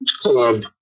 club